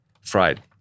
Fried